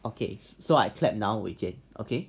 okay so I clap now wei jie okay